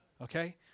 Okay